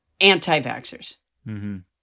anti-vaxxers